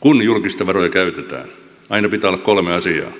kun julkisia varoja käytetään aina pitää olla kolme asiaa